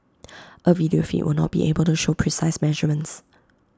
A video feed will not be able to show precise measurements